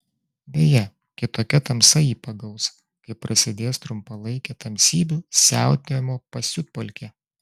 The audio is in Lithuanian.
beje kitokia tamsa jį pagaus kai prasidės trumpalaikė tamsybių siautėjimo pasiutpolkė